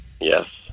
Yes